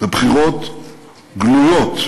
בבחירות גלויות,